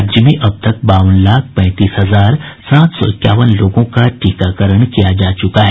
राज्य में अब तक बावन लाख पैंतीस हजार सात सौ इक्यावन लोगों का टीकाकरण किया जा चुका है